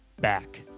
back